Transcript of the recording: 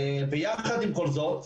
ביחד עם כל זאת,